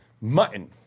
mutton